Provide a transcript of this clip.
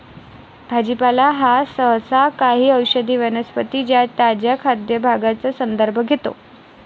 भाजीपाला हा सहसा काही औषधी वनस्पतीं च्या ताज्या खाद्य भागांचा संदर्भ घेतो